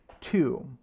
Two